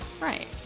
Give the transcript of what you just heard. Right